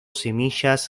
semillas